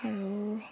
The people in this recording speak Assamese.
আৰু